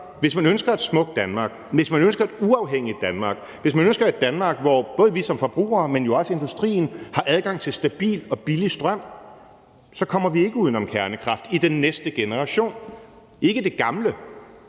hvis man ønsker et uafhængigt Danmark, hvis man ønsker et Danmark, hvor både vi som forbrugere, men jo også industrien har adgang til stabil og billig strøm, så kommer vi ikke uden om kernekraft, altså den næste generation af kernekraft